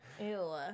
Ew